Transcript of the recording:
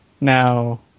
Now